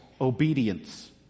obedience